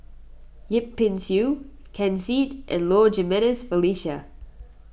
Yip Pin Xiu Ken Seet and Low Jimenez Felicia